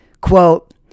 Quote